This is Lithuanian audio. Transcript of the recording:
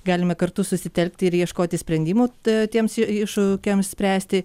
galime kartu susitelkti ir ieškoti sprendimo ta tiems iššūkiams spręsti